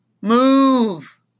Move